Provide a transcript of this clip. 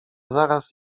zaraz